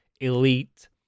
Elite